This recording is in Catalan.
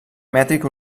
mètric